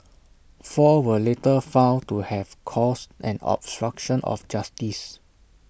four were later found to have caused an obstruction of justice